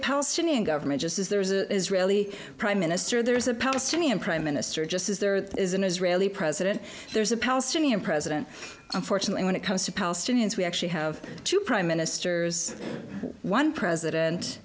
palestinian government just as there's a really prime minister there is a palestinian prime minister just as there is an israeli president there's a palestinian president unfortunately when it comes to palestinians we actually have two prime ministers one president